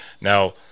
Now